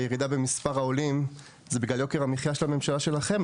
הירידה במספר העולים היא בגלל יוקר המחיה של הממשלה שלכם,